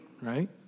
right